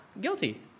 guilty